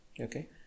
Okay